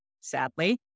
sadly